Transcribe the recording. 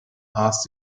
asked